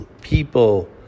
people